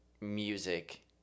music